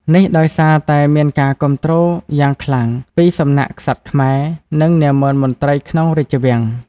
នេះដោយសារមានការគាំទ្រយ៉ាងខ្លាំងពីសំណាក់ក្សត្រខ្មែរ និងនាម៉ឺនមន្ត្រីក្នុងរាជវាំង។